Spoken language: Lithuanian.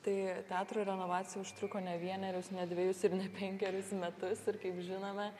tai teatro renovacija užtruko ne vienerius ne dvejus ir ne penkerius metus ir kaip žinome